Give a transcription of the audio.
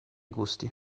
gusti